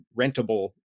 rentable